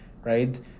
right